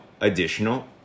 additional